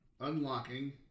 unlocking